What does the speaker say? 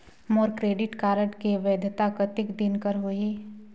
मोर credit card के वैधता कतेक दिन कर होही?